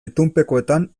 itunpekoetan